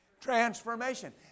Transformation